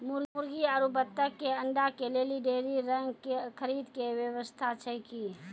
मुर्गी आरु बत्तक के अंडा के लेली डेयरी रंग के खरीद के व्यवस्था छै कि?